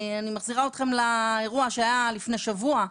ואני מחזירה אתכם לאירוע שהיה לפני שבוע.